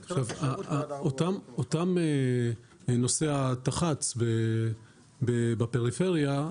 אז אותם נוסעי התחבורה הציבורית בפריפריה,